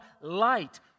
light